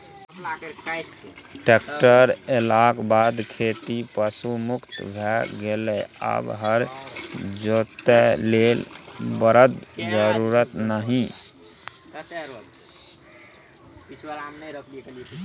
tractor एलाक बाद खेती पशु मुक्त भए गेलै आब हर जोतय लेल बरद जरुरत नहि